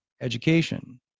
education